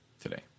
today